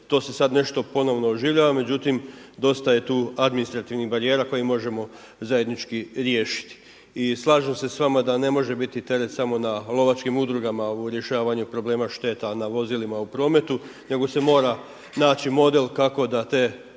To se sada nešto ponovno oživljava, međutim dosta je tu administrativnih barijera koji možemo zajednički riješiti. I slažem se s vama da ne može biti teret samo na lovačkim udrugama u rješavanju problema šteta na vozilima u prometu nego se mora naći model kako da te